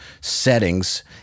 settings